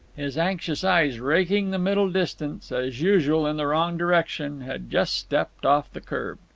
his anxious eyes raking the middle distance as usual, in the wrong direction had just stepped off the kerb.